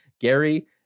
Gary